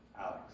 Alex